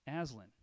Aslan